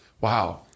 Wow